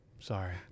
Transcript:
Sorry